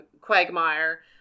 Quagmire